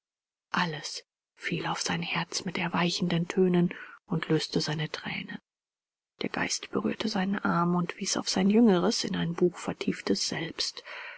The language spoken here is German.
alles fiel auf sein herz mit erweichenden tönen und löste seine thränen der geist berührte seinen arm und wies auf sein jüngeres in ein buch vertieftes selbst